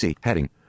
heading